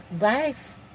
life